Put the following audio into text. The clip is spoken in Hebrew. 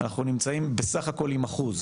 אנחנו נמצאים בסך הכל עם 1%,